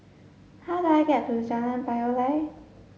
how do I get to Jalan Payoh Lai